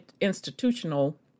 institutional